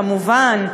כמובן,